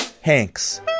Hanks